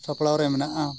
ᱥᱟᱯᱲᱟᱣ ᱨᱮ ᱢᱮᱱᱟᱜᱼᱟ